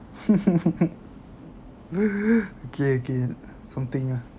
okay okay something ah